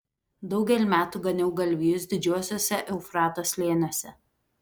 daugel metų ganiau galvijus didžiuosiuose eufrato slėniuose